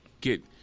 Get